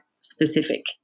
specific